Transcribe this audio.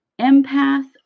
empath